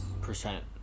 percent